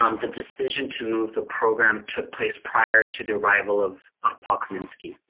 um the decision to move the program took place prior to the arrival of of paul kaminski.